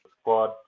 squad